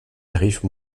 tarifs